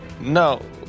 No